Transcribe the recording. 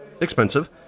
expensive